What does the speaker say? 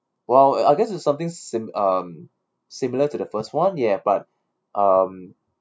well I guess it's something sim~ um similar to the first [one] ya but um